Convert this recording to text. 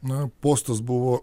na postas buvo